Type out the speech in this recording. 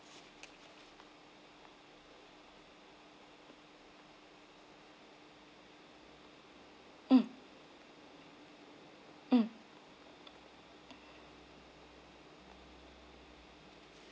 mm mm